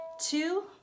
two